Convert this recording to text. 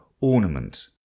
ornament